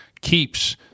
keeps